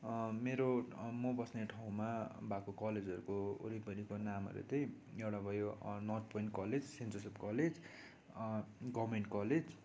मेरो म बस्ने ठाउँमा भएको कलेजहरूको वरिपरिको नामहरू चाहिँ एउटा भयो North Point College Saint Joseph College Government college